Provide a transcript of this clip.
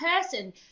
person